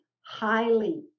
highly